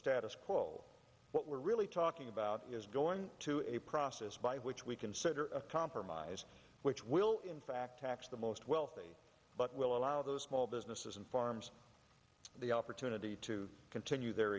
status quo what we're really talking about is going to a process by which we consider a compromise which will in fact tax the most wealthy but will allow those small businesses and farms the opportunity to continue their